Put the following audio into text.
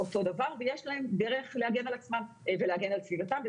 אותו הדבר ויש להם דרך להגן על עצמם ולהגן על סביבתם .